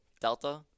Delta